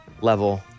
level